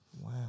Wow